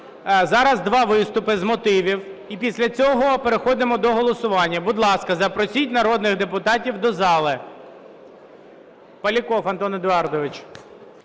Зараз два виступи з мотивів, і після цього переходимо до голосування. Будь ласка, запросіть народних депутатів до зали.